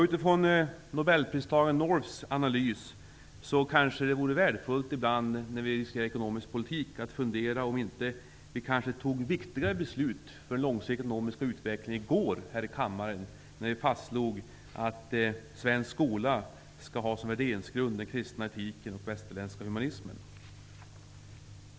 Utifrån nobelpristagaren Norths analys vore det kanske värdefullt om vi i den ekonomiska debatten ställde oss frågan om det måhända var minst lika viktiga beslut för den långsiktiga ekonomiska utvecklingen som fattades i går här i kammaren, när vi fastslog att svensk skola skall ha såsom värderingsgrund den kristna etiken och den västerländska humanismen.